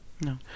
No